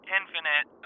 infinite